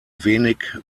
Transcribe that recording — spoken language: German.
wenig